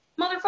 Motherfucker